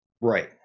right